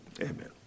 amen